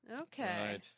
Okay